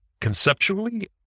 Conceptually